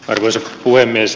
arvoisa puhemies